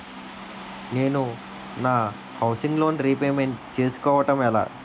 నేను నా housing loan repayment చేసుకోవటం ఎలా?